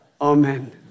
Amen